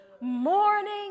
Morning